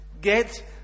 get